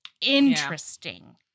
Interesting